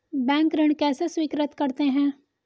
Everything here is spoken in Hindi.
बैंक ऋण कैसे स्वीकृत करते हैं?